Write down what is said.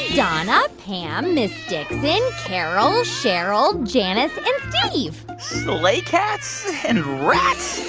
yeah ah donna, pam, ms. dixon, carol, cheryl, janice and steve sleigh cats and rats?